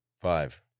five